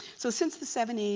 so since the seventy